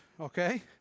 okay